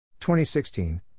2016